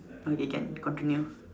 okay can continue